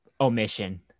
omission